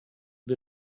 wir